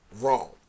wrong